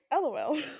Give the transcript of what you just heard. LOL